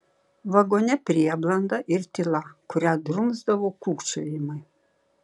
vagone prieblanda ir tyla kurią drumsdavo kūkčiojimai